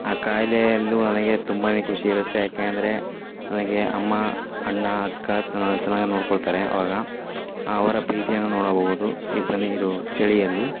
ಆ ಖಾಯಿಲೆಯಲ್ಲೂ ನನಗೆ ತುಂಬ ಖುಷಿ ಇರುತ್ತೆ ಯಾಕೆ ಅಂದರೆ ನನಗೆ ಅಮ್ಮ ಅಣ್ಣ ಅಕ್ಕ ತ ಚೆನ್ನಾಗಿ ನೋಡಿಕೊಳ್ತಾರೆ ಅವಾಗ ಅವರ ಪ್ರೀತಿಯನ್ನು ನೋಡಬೋದು ಇಬ್ಬನಿ ಇದು ಚಳಿಯಲ್ಲಿ